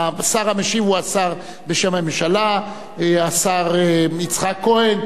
השר המשיב בשם הממשלה הוא השר יצחק כהן.